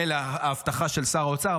מילא ההבטחה של שר האוצר,